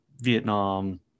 Vietnam